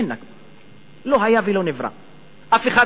אין נכבה.